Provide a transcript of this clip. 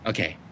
Okay